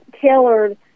tailored